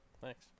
Thanks